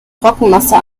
trockenmasse